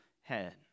head